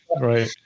right